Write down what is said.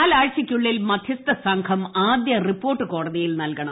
നാലാഴ്ചയ്ക്കുള്ളിൽ മധ്യസ്ഥ സംഘം ആദ്യ റിപ്പോർട്ട് കോടതിയിൽ നൽകണം